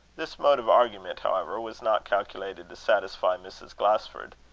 this mode of argument, however, was not calculated to satisfy mrs. glasford.